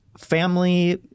family